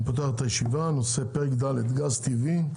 אני פותח את הישיבה (גז טבעי),